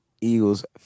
Eagles